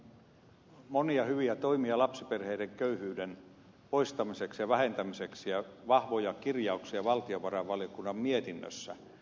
budjetissa on monia hyviä toimia lapsiperheiden köyhyyden poistamiseksi ja vähentämiseksi ja vahvoja kirjauksia valtiovarainvaliokunnan mietinnössä